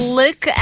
look